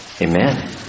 Amen